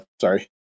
sorry